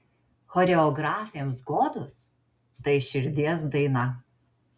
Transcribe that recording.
choreografėms godos tai širdies daina